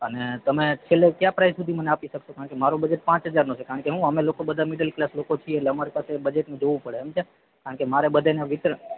અને તમે છેલ્લે કયા પ્રાઇસ સુધી મને આપી શકશો કારણકે મારું બજેટ પાંચ હજારનું છે કારણકે હું અમે લોકો બધા મિડલ ક્લાસ લોકો છીએ એટલે અમારે સાથે બજેટનું જોવું પડે સમજ્યા કારણકે મારે બધાને વિતરણ